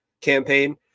campaign